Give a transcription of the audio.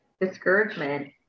discouragement